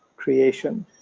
creation,